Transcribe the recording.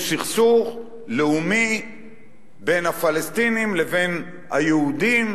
יש סכסוך לאומי בין הפלסטינים לבין היהודים,